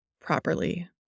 properly